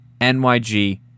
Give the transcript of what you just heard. NYG